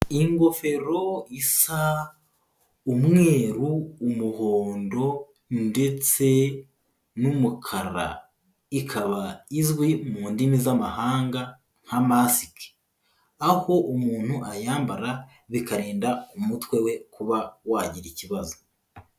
Ingofero isa umweru, umuhondo ndetse n'umukara, ikaba izwi mu ndimi z'amahanga nka masiki, aho umuntu ayambara bikarinda umutwe we kuba wagira ikibazo.